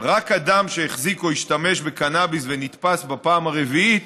רק אדם שהחזיק או השתמש בקנאביס ונתפס בפעם הרביעית